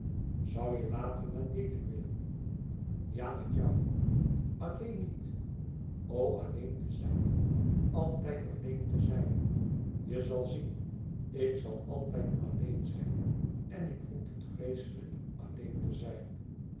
zoû je later naar deli willen ja met jou alleen niet o alleen te zijn altijd alleen te zijn je zal zien ik zal altijd alleen zijn en ik vind het vreeslijk alleen te zijn